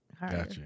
Gotcha